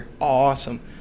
awesome